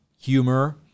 Humor